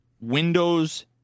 Windows